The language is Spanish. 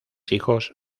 hijos